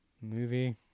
movie